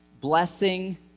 blessing